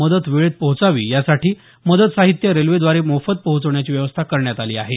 मदत वेळेत पोहोचावी यासाठी मदत साहित्य रेल्वेद्वारे मोफत पोहोचवण्याची व्यवस्था करण्यात आली आहे